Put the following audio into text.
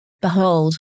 Behold